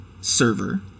server